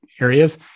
areas